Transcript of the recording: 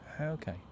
Okay